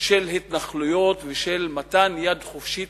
של התנחלויות ושל מתן יד חופשית